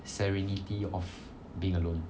serenity of being alone